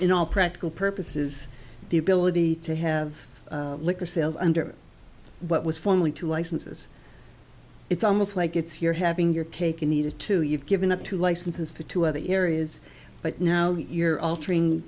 in all practical purposes the ability to have liquor sales under what was formally to licenses it's almost like it's your having your cake and eat it too you've given up to licenses for two other areas but now you're altering